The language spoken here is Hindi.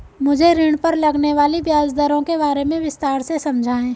मुझे ऋण पर लगने वाली ब्याज दरों के बारे में विस्तार से समझाएं